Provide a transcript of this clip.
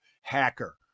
hacker